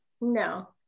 No